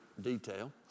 detail